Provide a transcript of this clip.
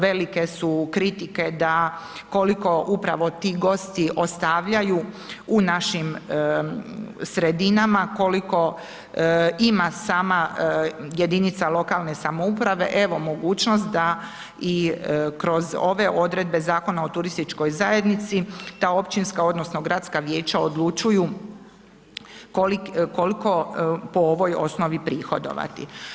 Velike su kritike da koliko upravo ti gosti ostavljaju u našim sredinama, koliko ima sama jedinica lokalne samouprave evo mogućnost da i kroz ove odredbe Zakona o turističkoj zajednici ta općinska odnosno gradska vijeća odlučuju koliko po ovoj osnovi prihodovati.